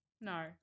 No